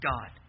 God